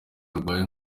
arwaye